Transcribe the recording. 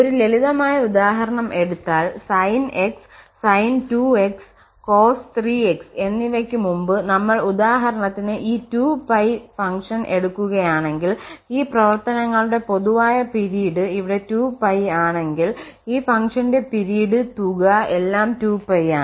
ഒരു ലളിതമായ ഉദാഹരണം എടുത്താൽ sin x sin 2x cos 3x എന്നിവയ്ക്ക് മുമ്പ് നമ്മൾ ഉദാഹരണത്തിന് ഈ 2π ഫംഗ്ഷൻ എടുക്കുകയാണെങ്കിൽ ഈ പ്രവർത്തനങ്ങളുടെ പൊതുവായ പിരീഡ് ഇവിടെ 2π ആണെങ്കിൽ ഈ ഫംഗ്ഷന്റെ പിരീഡ് തുക എല്ലാം 2π ആണ്